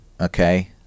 Okay